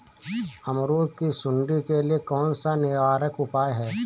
अमरूद की सुंडी के लिए कौन सा निवारक उपाय है?